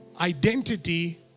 identity